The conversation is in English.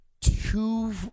two